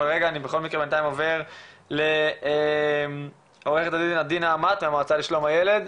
אבל רגע אני בכל מקרה בינתיים עובר לעוה"ד עדי נעמת מהמועצה לשלום הילד,